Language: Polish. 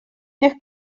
niech